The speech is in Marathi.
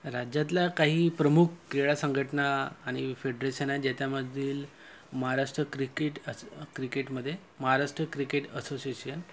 राज्यातल्या काही प्रमुख क्रीडा संघटना आणि फेडरेशन आहे ज्याच्यामधील महाराष्ट्र क्रिकेट अस क्रिकेटमध्ये महाराष्ट्र क्रिकेट असोसिशन